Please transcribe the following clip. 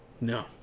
no